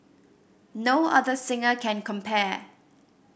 no other singer can compare